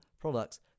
products